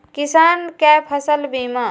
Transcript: किसान कै फसल बीमा?